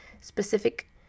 specific